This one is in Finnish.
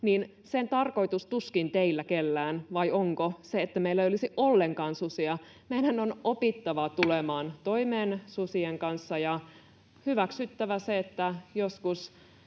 niin tarkoituksena tuskin teillä kellään — vai onko — on se, että meillä ei olisi ollenkaan susia. Meidän on opittava tulemaan toimeen susien kanssa ja hyväksyttävä se, että joskus